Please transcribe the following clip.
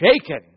shaken